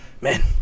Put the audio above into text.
man